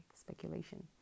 speculation